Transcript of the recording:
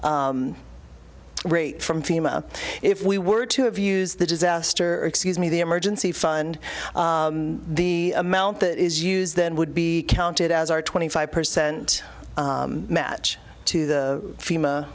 rate from fema if we were to have use the disaster excuse me the emergency fund the amount that is used then would be counted as our twenty five percent match to the fema